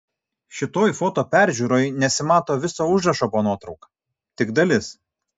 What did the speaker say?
šitoj foto peržiūroj nesimato viso užrašo po nuotrauka tik dalis